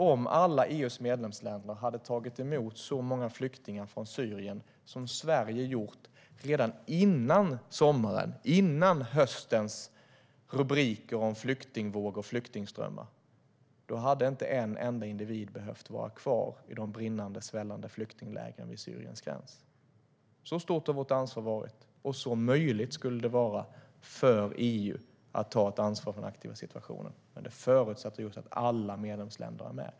Om alla EU:s medlemsländer hade tagit emot så många flyktingar från Syrien som Sverige hade gjort redan före sommaren, före höstens rubriker om flyktingvåg och flyktingströmmar, hade inte en enda individ behövt vara kvar i de brinnande, svällande flyktinglägren vid Syriens gräns. Så stort har vårt ansvar varit, och så möjligt skulle det vara för EU att ta ett ansvar för den aktuella situationen. Men det förutsätter att alla medlemsländer är med.